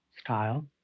style